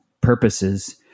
purposes